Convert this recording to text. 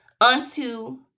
unto